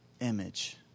image